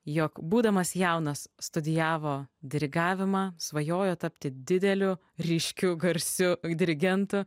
jog būdamas jaunas studijavo dirigavimą svajojo tapti dideliu ryškiu garsiu dirigentu